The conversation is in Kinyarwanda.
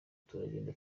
turagenda